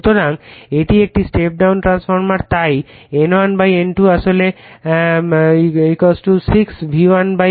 সুতরাং এটি একটি স্টেপ ডাউন ট্রান্সফরমার তাই N1N2 আসলে 6 V1V2